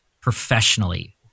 professionally